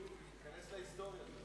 לא נתקבלה.